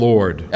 Lord